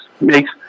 makes